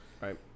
Right